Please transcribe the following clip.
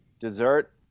Dessert